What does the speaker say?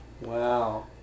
wow